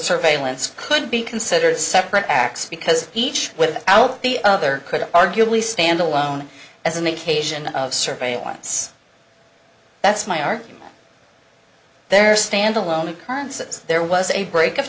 surveillance could be considered separate acts because each without the other could arguably stand alone as an occasion of surveillance that's my argument there stand alone occurrences there was a break